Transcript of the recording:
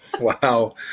Wow